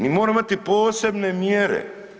Mi moramo imati posebne mjere.